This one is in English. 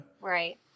Right